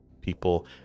People